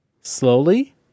slowly